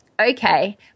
okay